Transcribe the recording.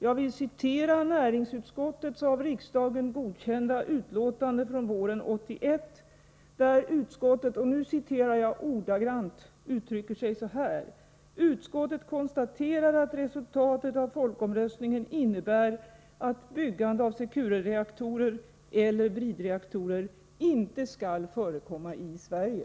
Jag vill citera näringsutskottets av riksdagen godkända betänkande från våren 1981: ”Utskottet konstaterar att resultatet av folkomröstningen innebär att byggande av Securereaktorer eller bridreaktorer inte skall förekomma i Sverige.”